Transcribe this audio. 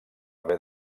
haver